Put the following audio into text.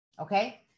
okay